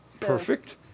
Perfect